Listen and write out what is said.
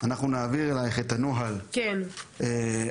את סעיף 5 לא צריך לאשר.